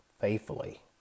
faithfully